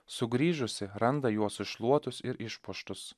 sugrįžusi randa juos iššluotus ir išpuoštus